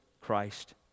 Christ